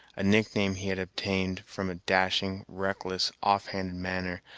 a nickname he had obtained from a dashing, reckless offhand manner,